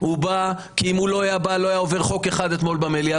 הוא בא כי אם הוא לא היה בא לא היה עובר חוק אחד במליאה אתמול,